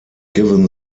given